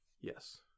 Yes